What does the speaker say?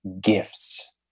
gifts